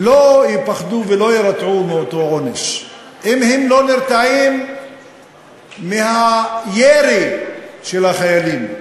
לא יפחדו ולא יירתעו מאותו עונש אם הם לא נרתעים מהירי של החיילים,